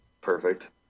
Perfect